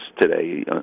today